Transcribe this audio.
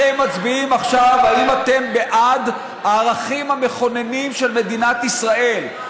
אתם מצביעים עכשיו על אם אתם בעד הערכים המכוננים של מדינת ישראל,